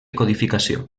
codificació